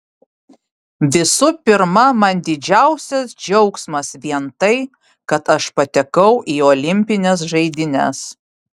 visų pirma man didžiausias džiaugsmas vien tai kad aš patekau į olimpines žaidynes